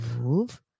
Move